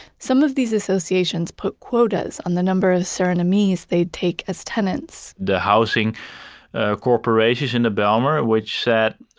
some of these associations put quotas on the number of surinamese they'd take as tenants the housing corporations in the bijlmer, which said,